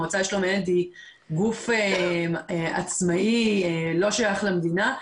המועצה לשלום הילד היא גוף עצמאי, לא שייך למדינה,